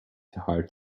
heart